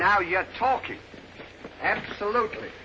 now you're talking absolutely